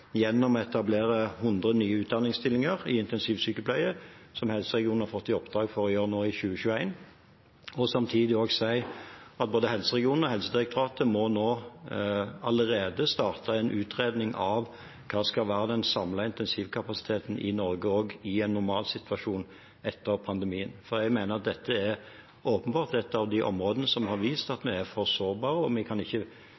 gjennom å etablere 100 nye utdanningsstillinger i intensivsykepleie, som helseregionene har fått i oppdrag å gjøre nå i 2021, og samtidig sagt at både helseregionene og Helsedirektoratet allerede nå må starte en utredning av hva som skal være den samlede intensivkapasiteten i Norge i en normalsituasjon etter pandemien. Jeg mener at dette er et av de områdene som har vist at vi er for sårbare. Vi kan ikke